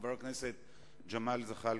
חבר הכנסת ג'מאל זחאלקה,